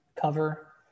cover